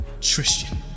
Tristan